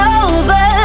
over